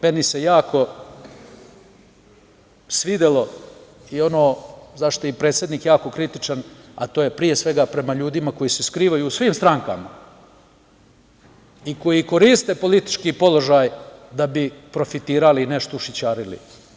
Meni se svidelo jako i ono za šta je i predsednik jako kritičan, a to je pre svega prema ljudima koji se skrivaju u svim strankama i koji koriste politički položaj da profitiralo i nešto ušićarili.